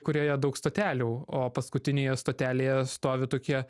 kurioje daug stotelių o paskutinėje stotelėje stovi tokie